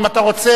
אם אתה רוצה,